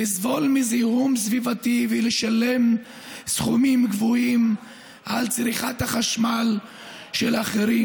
לסבול מזיהום סביבתי ולשלם סכומים גבוהים על צריכת החשמל של אחרים,